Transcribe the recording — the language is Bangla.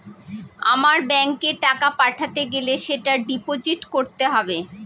আমার ব্যাঙ্কে টাকা পাঠাতে গেলে সেটা ডিপোজিট করতে হবে